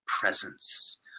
presence